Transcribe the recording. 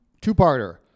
Two-parter